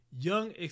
young